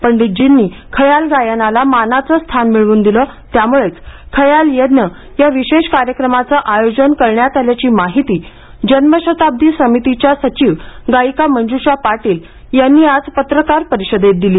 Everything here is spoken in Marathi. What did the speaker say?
पंडीतजींनी खयाल गायनाला मानाचे स्थान मिळवून दिले त्यामुळेच खयाल यज्ञ या विशेष कार्यक्रमाचे आयोजन करण्यात आल्याची माहिती जन्मशताब्दी समितीच्य सचिव गायिका मंजुषा पाटील यांनी आज पत्रकार परिषदेत दिली